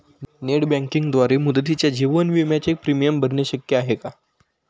Net बँकिंगद्वारे मुदतीच्या जीवन विम्याचे प्रीमियम भरणे शक्य आहे का?